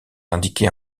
indiqués